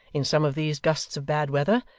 in some of these gusts of bad weather,